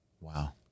Wow